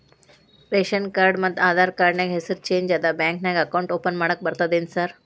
Ration card ಮತ್ತ Aadhaar card ನ್ಯಾಗ ಹೆಸರು ಚೇಂಜ್ ಅದಾ ಬ್ಯಾಂಕಿನ್ಯಾಗ ಅಕೌಂಟ್ ಓಪನ್ ಮಾಡಾಕ ಬರ್ತಾದೇನ್ರಿ ಸಾರ್?